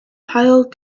pile